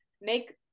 make